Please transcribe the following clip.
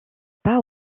pas